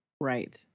Right